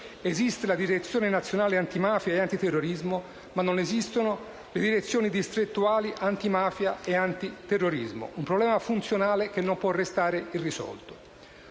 esiste la Direzione nazionale antimafia e antiterrorismo, ma non esistono le Direzioni distrettuali antimafia e antiterrorismo. Un problema funzionale che non può restare irrisolto.